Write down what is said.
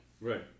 Right